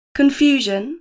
confusion